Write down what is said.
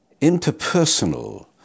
interpersonal